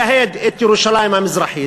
ממשיכה לייהד את ירושלים המזרחית,